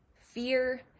fear